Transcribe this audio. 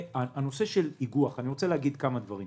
בנושא של איגוח אני רוצה להגיד כמה דברים: